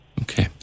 Okay